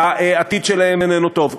והעתיד שלהם איננו טוב.